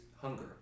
hunger